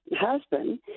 husband